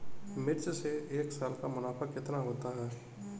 मिर्च से एक साल का मुनाफा कितना होता है?